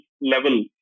level